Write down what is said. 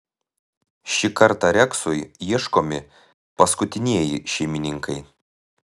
šį kartą reksui ieškomi paskutinieji šeimininkai